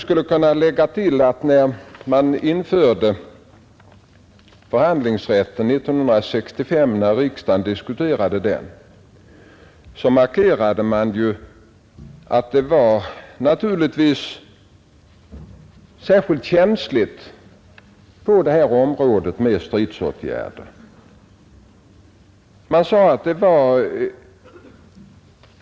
Men jag vill ändå tillägga att när riksdagen diskuterade förhandlingsrätten 1965, så markerade vi att det var särskilt känsligt med stridsåtgärder inom den offentliga sektorn.